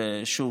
ושוב,